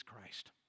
Christ